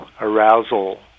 arousal